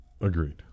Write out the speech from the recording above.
Agreed